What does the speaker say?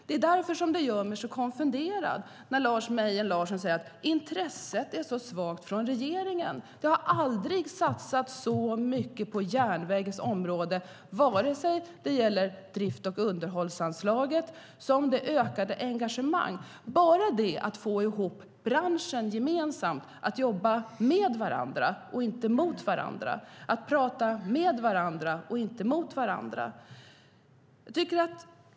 Det är därför det gör mig så konfunderad när Lars Mejern Larsson säger att intresset är så svagt från regeringen. Det har aldrig satsats så mycket på järnvägens område när det gäller drifts och underhållsanslaget. Det har dessutom varit ett ökat engagemang, bland annat för att få branschen att jobba med varandra och inte mot varandra och att prata med varandra och inte mot varandra.